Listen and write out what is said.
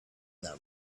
them